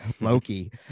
Loki